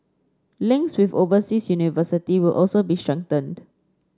links with overseas universities will also be strengthened